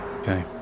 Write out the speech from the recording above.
Okay